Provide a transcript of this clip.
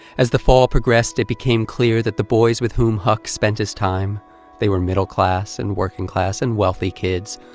as the fall progressed, it became clear that the boys with whom huck spent his time they were middle class and working class and wealthy kids,